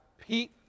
Pete